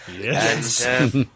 Yes